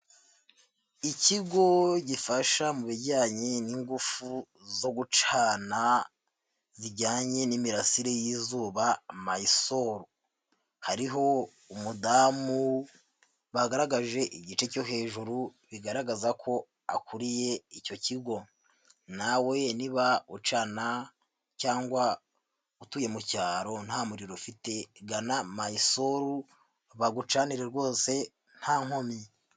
Ikigo gifasha mu bijyanye n'ingufu zo gucana zijyanye n'imirasire y'izuba Mysol, hariho umudamu bagaragaje igice cyo hejuru bigaragaza ko akuriye icyo kigo. Nawe niba ucana cyangwa utuye mu cyaro nta muriro ufite gana Mysol bagucanire rwose nta nkomyi.